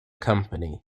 company